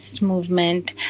movement